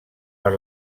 per